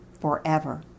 forever